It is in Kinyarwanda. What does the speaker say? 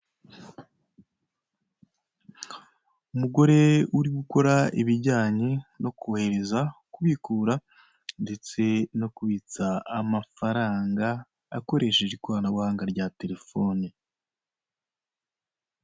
Umugore uri gukora ibijyanye no kohereza, kubikura ndetse no kubitsa amafaranga akoresheje ikoranabuhanga rya telefone.